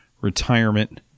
retirement